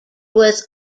was